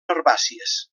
herbàcies